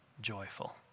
joyful